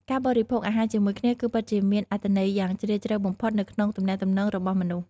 ការបរិភោគអាហារជាមួយគ្នាគឺពិតជាមានអត្ថន័យយ៉ាងជ្រាលជ្រៅបំផុតនៅក្នុងទំនាក់ទំនងរបស់មនុស្ស។